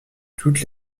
toutes